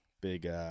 big